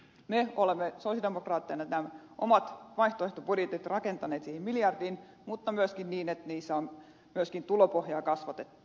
me olemme sosialidemokraatteina nämä omat vaihtoehtobudjettimme rakentaneet siihen miljardiin mutta niin että niissä on myöskin tulopohjaa kasvatettu